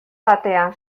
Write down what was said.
batean